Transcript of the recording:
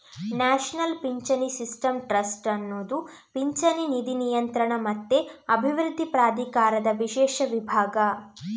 national ಪಿಂಚಣಿ system trust ಅನ್ನುದು ಪಿಂಚಣಿ ನಿಧಿ ನಿಯಂತ್ರಣ ಮತ್ತೆ ಅಭಿವೃದ್ಧಿ ಪ್ರಾಧಿಕಾರದ ವಿಶೇಷ ವಿಭಾಗ